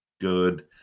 good